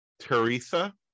Teresa